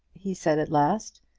he said at last,